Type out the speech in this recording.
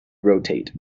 rotate